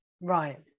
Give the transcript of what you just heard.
Right